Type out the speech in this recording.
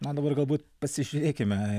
na dabar galbūt pasižiūrėkime